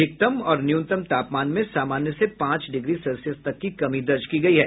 अधिकतम और न्यूनतम तापमान में सामान्य से पांच डिग्री सेल्सियस तक की कमी दर्ज की गयी है